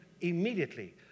immediately